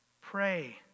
Pray